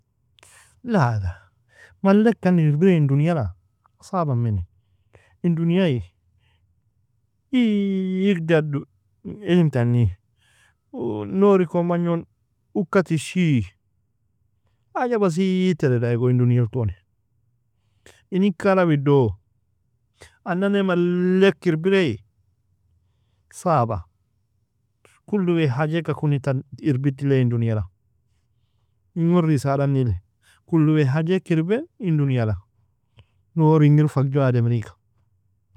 La la malka an irbiri in dunyala, saabameni, in dunyae digda du- ilim tanie. Nouri kon bagnun uka tichi haja baseit tereda igo in dunyalton. Inin karamido anane mallek irbirie saba, kulu wea hajek koni, tan irbidileia in dunyala, ingon risalanili, kulu wea hajek irben, in dunyala, nuor ingir fagjo ademrigh.